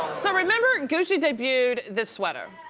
so remember gucci debuted this sweater?